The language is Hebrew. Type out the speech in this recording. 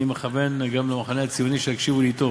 אני מכוון גם למחנה הציוני, שיקשיבו לי טוב.